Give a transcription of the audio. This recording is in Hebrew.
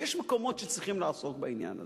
יש מקומות שבהם צריכים לעסוק בעניין הזה.